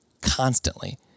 Constantly